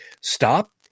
stop